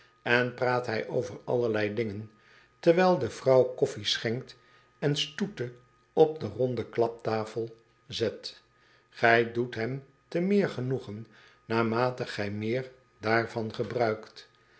en praat hij over allerlei dingen terwijl de vrouw koffij schenkt en stoete op de ronde klaptafel zet ij doet hem te meer genoegen naarmate gij meer daarvan gebruikt